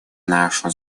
нашу